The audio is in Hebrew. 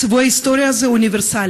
הציווי ההיסטורי הזה הוא אוניברסלי